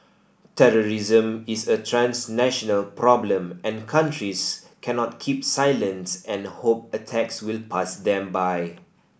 terrorism is a transnational problem and countries cannot keep silent and hope attacks will pass them by